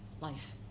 life